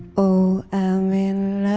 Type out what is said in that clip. oh, i'm in